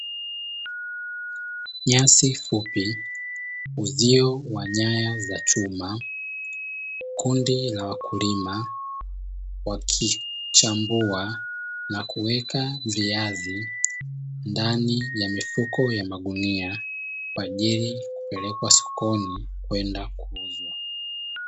Nyasi fupi, uzio wa nyaya za chuma kundi la wakulima wakichambua na kuweka viazi ndani ya mifuko ya magunia kwaajili ya kupelekwa sokoni kwenda kuuzwa.